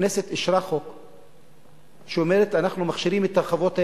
הכנסת אישרה חוק שאומר: אנחנו מכשירים את החוות האלה,